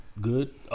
good